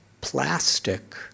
plastic